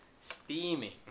steaming